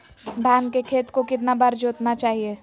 धान के खेत को कितना बार जोतना चाहिए?